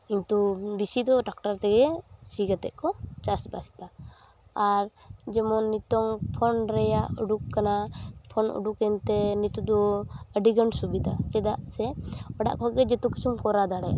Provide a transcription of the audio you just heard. ᱠᱤᱱᱛᱩ ᱵᱤᱥᱤᱫᱚ ᱴᱨᱟᱠᱴᱟᱨ ᱛᱮᱜᱮ ᱥᱤ ᱠᱟᱛᱮᱫ ᱠᱚ ᱪᱟᱥᱵᱟᱥ ᱮᱫᱟ ᱟᱨ ᱡᱮᱢᱚᱱ ᱱᱤᱛᱚᱝ ᱯᱷᱳᱱ ᱨᱮᱭᱟᱜ ᱩᱰᱩᱠ ᱠᱟᱱᱟ ᱯᱷᱳᱱ ᱩᱰᱩᱠ ᱮᱱᱛᱮ ᱱᱤᱛᱚᱫᱚ ᱟᱹᱰᱤᱜᱟᱱ ᱥᱩᱵᱤᱫᱷᱟ ᱪᱮᱫᱟᱜ ᱥᱮ ᱚᱲᱟᱜ ᱠᱷᱚᱱᱜᱮ ᱡᱚᱛᱚ ᱠᱤᱪᱷᱩᱢ ᱠᱚᱨᱟᱣ ᱫᱟᱲᱮᱭᱟᱜᱼᱟ